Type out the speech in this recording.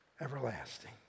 everlasting